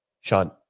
Sean